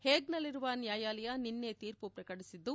ಹೇಗ್ನಲ್ಲಿರುವ ನ್ಯಾಯಾಲಯ ನಿನ್ನೆ ತೀರ್ಪು ಪ್ರಕಟಿಸಿದ್ದು